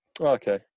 Okay